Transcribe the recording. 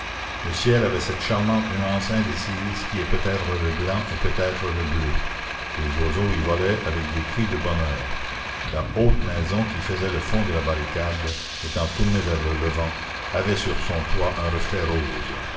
le ciel avait cette charmante nuance indécise qui est peut-être le blanc et peut-être le bleu des oiseaux y volaient avec des cris de bonheur la haute maison qui faisait le fond de la barricade étant tournée vers le levant avait sur son toit un reflet rose